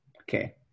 okay